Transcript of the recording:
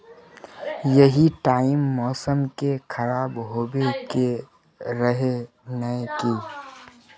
यही टाइम मौसम के खराब होबे के रहे नय की?